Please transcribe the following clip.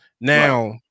now